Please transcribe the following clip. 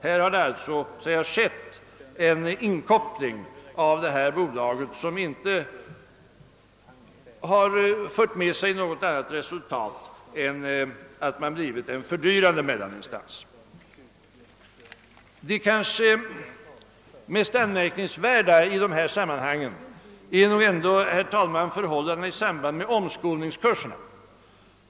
Här hade alltså en inkoppling av det kommunala inköpsbolaget skett, vilken inte fört med sig något annat resultat än att det blev en fördyrande mellaninstans. Mest anmärkningsvärt i dessa sammanhang är nog ändå, herr talman, förhållandena i samband med omskolningskurserna.